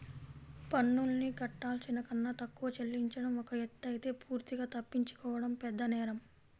పన్నుల్ని కట్టాల్సిన కన్నా తక్కువ చెల్లించడం ఒక ఎత్తయితే పూర్తిగా తప్పించుకోవడం పెద్దనేరం